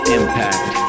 impact